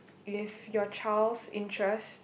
if your child's interest